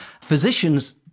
Physicians